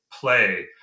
play